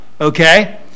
okay